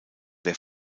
der